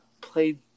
played